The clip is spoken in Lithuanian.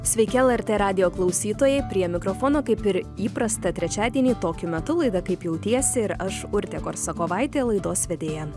sveiki lrt radijo klausytojai prie mikrofono kaip ir įprasta trečiadienį tokiu metu laida kaip jautiesi ir aš urtė korsakovaitė laidos vedėja